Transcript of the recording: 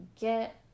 get